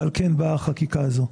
על כן, באה החקיקה הזאת.